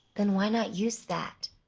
then why not use that?